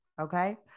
Okay